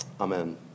amen